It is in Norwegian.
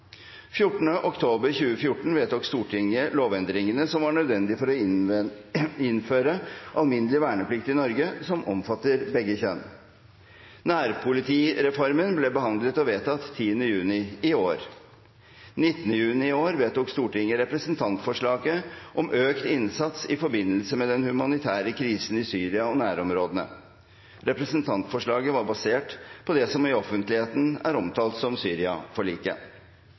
oktober 2014 vedtok Stortinget lovendringene som var nødvendige for å innføre alminnelig verneplikt i Norge som omfatter begge kjønn. Nærpolitireformen ble behandlet og vedtatt 10. juni i år. 19. juni i år vedtok Stortinget representantforslaget om økt innsats i forbindelse med den humanitære krisen i Syria og nærområdene. Representantforslaget var basert på det som i offentligheten er omtalt som